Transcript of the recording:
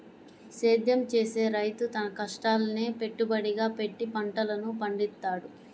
సేద్యం చేసే రైతు తన కష్టాన్నే పెట్టుబడిగా పెట్టి పంటలను పండిత్తాడు